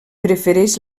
prefereix